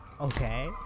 okay